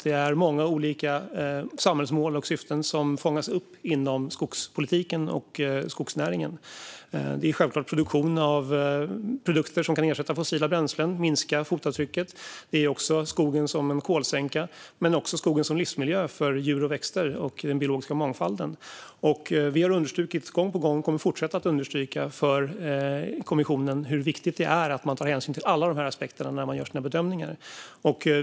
Det är många olika samhällsmål och syften som fångas upp inom skogspolitiken och skogsnäringen. Det är självklart produktion av produkter som kan ersätta fossila bränslen och minska fotavtrycket. Skogen är också en kolsänka, och skogen är livsmiljö för djur, växter och den biologiska mångfalden. Vi har gång på gång understrukit, och kommer att fortsätta att understryka, för kommissionen hur viktigt det är att man tar hänsyn till alla aspekterna när man gör sina bedömningar.